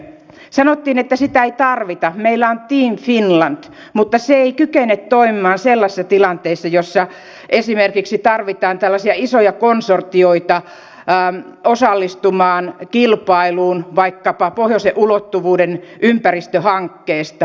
sanottiin että sitä ei tarvita meillä on team finland mutta se ei kykene toimimaan sellaisissa tilanteissa joissa esimerkiksi tarvitaan tällaisia isoja konsortioita osallistumaan kilpailuun vaikkapa pohjoisen ulottuvuuden ympäristöhankkeesta